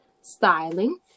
styling